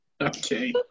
Okay